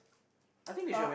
uh